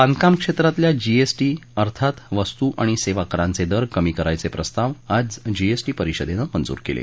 बांधकाम क्षेत्रातल्या जीएसटी अर्थात वस्तू आणि सेवा करांचे दर कमी करायचे प्रस्ताव आज जीएसटी परिषदेन मंजूर केले